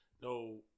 No